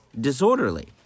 disorderly